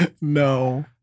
No